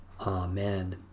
Amen